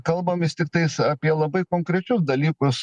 kalbam vis tiktais apie labai konkrečius dalykus